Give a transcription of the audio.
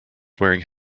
wearing